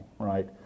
right